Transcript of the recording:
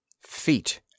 Feet